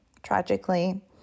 tragically